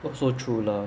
also true lah